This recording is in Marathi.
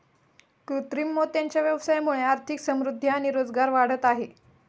कृत्रिम मोत्यांच्या व्यवसायामुळे आर्थिक समृद्धि आणि रोजगार वाढत आहे